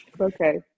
Okay